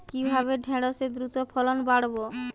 কিভাবে ঢেঁড়সের দ্রুত ফলন বাড়াব?